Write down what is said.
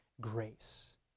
grace